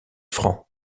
francs